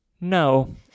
no